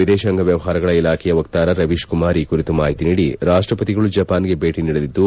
ವಿದೇಶಾಂಗ ವ್ವವಹಾರಗಳ ಇಲಾಖೆಯ ವಕ್ತಾರ ರವೀಶ್ಕುಮಾರ್ ಈ ಕುರಿತು ಮಾಹಿತಿ ನೀಡಿ ರಾಷ್ಟಪತಿಗಳು ಜಪಾನ್ಗೆ ಭೇಟಿ ನೀಡಲಿದ್ದು